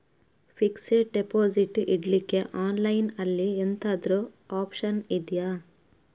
Fixed deposit ಇಡ್ಲಿಕ್ಕೆ online ಅಲ್ಲಿ ಎಂತಾದ್ರೂ ಒಪ್ಶನ್ ಇದ್ಯಾ?